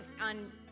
on